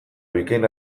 bikain